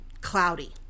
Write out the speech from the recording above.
cloudy